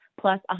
plus